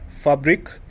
fabric